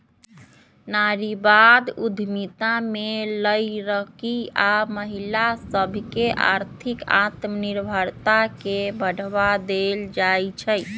नारीवाद उद्यमिता में लइरकि आऽ महिला सभके आर्थिक आत्मनिर्भरता के बढ़वा देल जाइ छइ